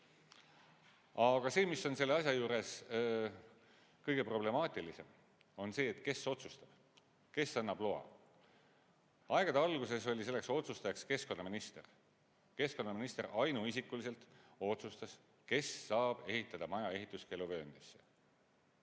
Aga selle asja juures on kõige problemaatilisem see, kes otsustab, kes annab loa. Aegade alguses oli selleks otsustajaks keskkonnaminister. Keskkonnaminister ainuisikuliselt otsustas, kes saab ehitada maja ehituskeeluvööndisse.